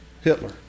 Hitler